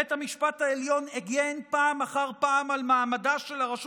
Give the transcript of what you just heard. בית המשפט העליון הגן פעם אחר פעם על מעמדה של הרשות